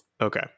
Okay